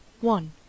One